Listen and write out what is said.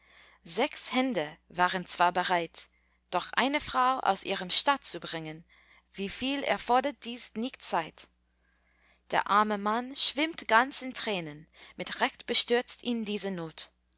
sechs hände waren zwar bereit doch eine frau aus ihrem staat zu bringen wieviel erfordert dies nicht zeit der arme mann schwimmt ganz in tränen mit recht bestürzt ihn diese not